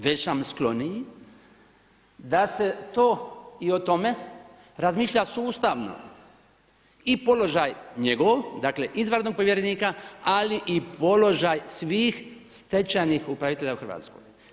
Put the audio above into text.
Već sam skloniji da se to i o tome razmišlja sustavno i položaj njegov, dakle izvanrednog povjerenika, ali i položaj svih stečajnih upravitelja u Hrvatskoj.